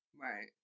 right